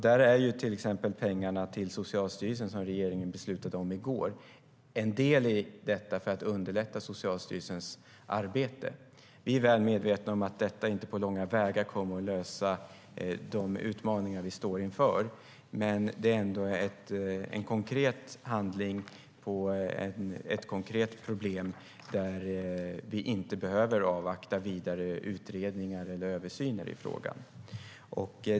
De pengar till Socialstyrelsen som regeringen beslutade om i går är en del i att underlätta Socialstyrelsens arbete. Vi är väl medvetna om att det inte på långa vägar kommer att lösa de utmaningar vi står inför, men det är en konkret handling gällande ett konkret problem där vi inte behöver avvakta vidare utredningar eller översyner i frågan.